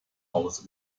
hause